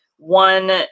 one